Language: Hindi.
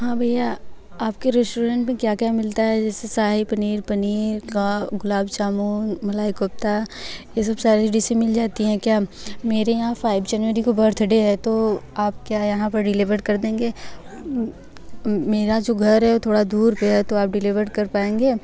हाँ भैया आपके रेस्टोरेंट पर क्या क्या मिलता है जैसे शाही पनीर पनीर गुलाब जामुन मलाई कोफ़्ता ये सब सारी डिशें मिल जाती हैं क्या मेरे यहाँ फाइव जनवरी को बर्थडे है तो आप क्या यहाँ पर डिलीवर्ड कर देंगे मेरा जो घर है वो थोड़ी दूर पर है तो आप डिलीवर्ड कर पाएँगे